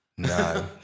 No